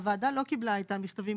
הוועדה לא קיבלה את המכתבים,